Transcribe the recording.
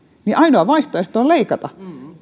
niin ainoa vaihtoehto on leikata